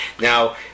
Now